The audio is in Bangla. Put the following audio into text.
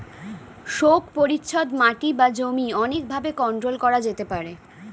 শোক পরিচ্ছদ মাটি বা জমি অনেক ভাবে কন্ট্রোল করা যেতে পারে